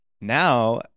Now